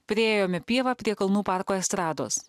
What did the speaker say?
priėjome pievą prie kalnų parko estrados